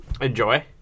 Enjoy